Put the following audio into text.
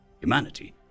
Humanity